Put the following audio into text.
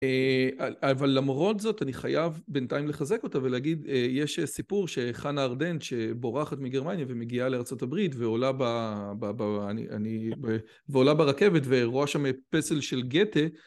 אבל למרות זאת אני חייב בינתיים לחזק אותה ולהגיד יש סיפור שחנה ארדנט שבורחת מגרמניה ומגיעה לארה״ב ועולה ברכבת ורואה שם פסל של גתה